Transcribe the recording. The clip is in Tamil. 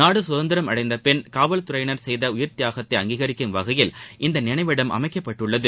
நாடு சுதந்திரம் அடைந்தபின் காவல்துறையினர் செய்த உயிர்த்தியாகத்தை அங்கீகரிக்கும் வகையில் இந்த நினைவிடம் அமைக்கப்பட்டுள்ளது